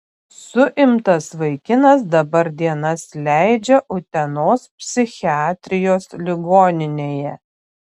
suimtas vaikinas dabar dienas leidžia utenos psichiatrijos ligoninėje